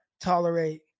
tolerate